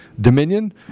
Dominion